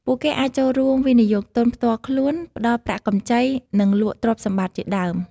ពួកគេអាច ចូលរួមវិនិយោគទុនផ្ទាល់ខ្លួន ផ្តល់ប្រាក់កម្ចី និងលក់ទ្រព្យសម្បត្តិជាដើម។